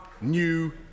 new